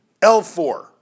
L4